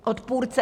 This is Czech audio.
Odpůrce.